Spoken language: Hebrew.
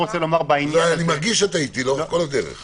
אני מרגיש שאתה אתי לאורך כל הדרך.